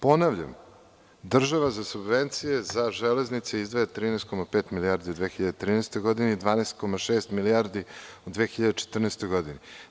Ponavljam, država za subvencije za železnice izdvaja 13,5 milijardi u 2013. godini, 12,6 milijardi u 2014. godini.